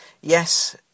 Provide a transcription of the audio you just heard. Yes